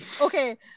Okay